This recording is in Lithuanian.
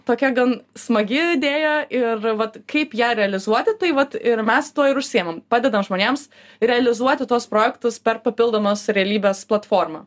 tokia gan smagi idėja ir vat kaip ją realizuoti tai vat ir mes tuo ir užsiimam padedam žmonėms realizuoti tuos projektus per papildomos realybės platformą